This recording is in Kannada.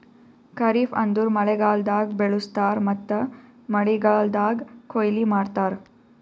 ಖರಿಫ್ ಅಂದುರ್ ಮಳೆಗಾಲ್ದಾಗ್ ಬೆಳುಸ್ತಾರ್ ಮತ್ತ ಮಳೆಗಾಲ್ದಾಗ್ ಕೊಯ್ಲಿ ಮಾಡ್ತಾರ್